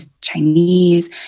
Chinese